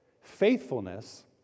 faithfulness